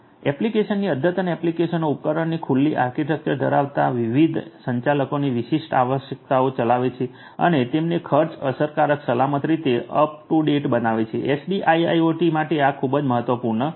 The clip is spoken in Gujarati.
એપ્લિકેશન્સની અદ્યતન એપ્લિકેશનો ઉપકરણોની ખુલ્લી આર્કિટેક્ચર ધરાવતા વિવિધ સંચાલકોની વિશિષ્ટ આવશ્યકતાઓ ચલાવે છે અને તેમને ખર્ચ અસરકારક સલામત રીતે અપ ટૂ ડેટ બનાવે છે એસડીઆઈઆઈઓટી માટે આ પણ ખૂબ જ મહત્વપૂર્ણ છે